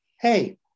Hey